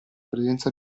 presenza